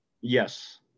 Yes